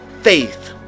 faith